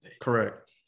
Correct